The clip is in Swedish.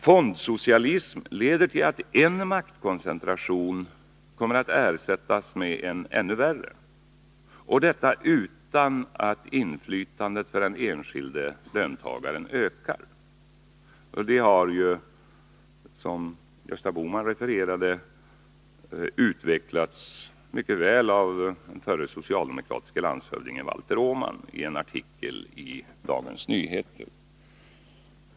Fondsocialism leder till att er maktkoncentration kommer att ersättas med en ännu värre, utan att inflytandet för den enskilde löntagaren ökar. Som Gösta Bohman refererade har förre landshövdingen, socialdemokraten Valter Åman mycket väl utvecklat detta tema i en artikel i Dagens Nyheter.